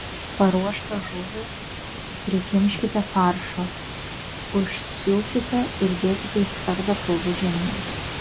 paruoštą žuvį prikimškite faršo užsiūkite ir dėkite į skardą pilvu žemyn